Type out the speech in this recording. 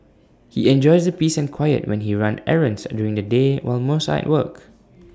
he enjoys the peace and quiet when he runs errands during the day while most are at work